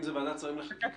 אם זאת ועדת שרים לחקיקה,